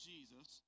Jesus